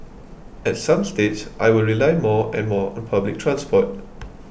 at some stage I will rely more and more on public transport